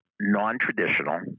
non-traditional